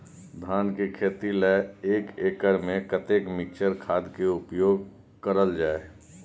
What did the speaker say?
धान के खेती लय एक एकड़ में कते मिक्चर खाद के उपयोग करल जाय?